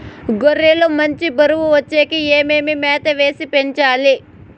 గొర్రె లు మంచి బరువు వచ్చేకి ఏమేమి మేత వేసి పెంచాలి?